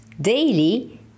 daily